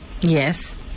Yes